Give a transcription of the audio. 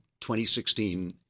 2016